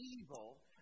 evil